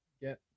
get